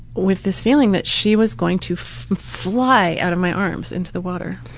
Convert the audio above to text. with this feeling that she was going to fly out of my arms into the water.